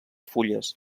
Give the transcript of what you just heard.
fulles